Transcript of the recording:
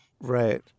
Right